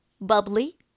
bubbly